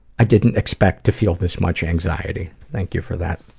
i didn't expect to feel this much anxiety. thank you for that.